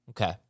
Okay